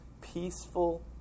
peaceful